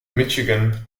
michigan